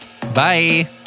Bye